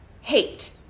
Hate